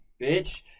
bitch